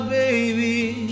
baby